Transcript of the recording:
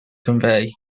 convey